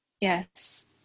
Yes